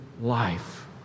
life